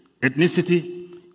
ethnicity